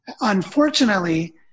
Unfortunately